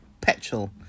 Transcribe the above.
petrol